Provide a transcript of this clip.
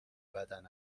بدن